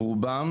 רובם,